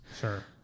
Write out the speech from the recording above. Sure